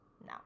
No